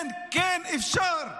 כן, כן, אפשר.